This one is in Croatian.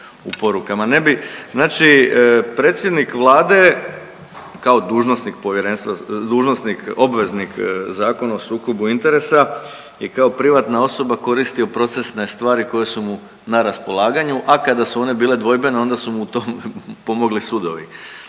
Vlade kao dužnosnik povjerenstva, dužnosnik, obveznik Zakona o sukobu interesa i kao privatna osoba koristio procesne stvari koje su mu na raspolaganju, a kada su one bile dvojbene onda su u tome pomogli sudovi.